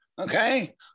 Okay